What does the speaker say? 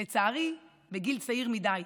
לצערי, בגיל צעיר מדי,